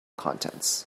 contents